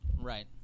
right